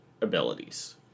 abilities